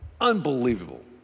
unbelievable